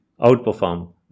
outperform